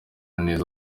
neza